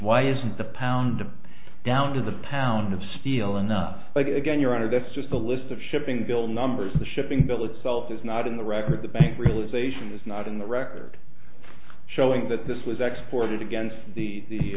why isn't the pound down to the pound of steel enough but again your honor that's just a list of shipping billed numbers the shipping bill itself is not in the record the bank realization is not in the record showing that this was exploited against the